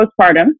postpartum